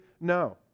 no